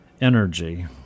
Energy